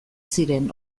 ziren